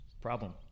problem